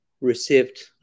received